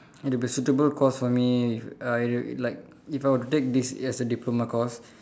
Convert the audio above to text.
it would be suitable course for me if I like if I were to take this as a diploma course